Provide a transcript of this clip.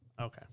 Okay